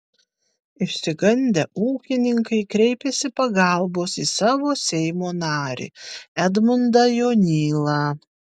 išsigandę ūkininkai kreipėsi pagalbos į savo seimo narį edmundą jonylą